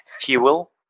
fuel